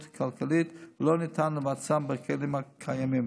כלכלית ולא ניתן לבצעם בכלים הקיימים.